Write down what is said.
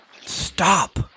Stop